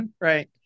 right